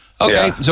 Okay